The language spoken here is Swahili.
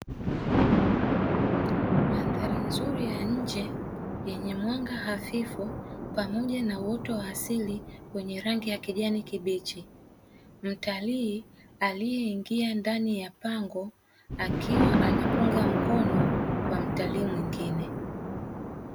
Mandhari nzuri ya nje yenye mwanga hafifu pamoja na uoto wa asili wenye rangi ya kijani kibichi mtalii aliyeingia ndani ya pango akiwa anapunga mkono kwa mtalii mwingine.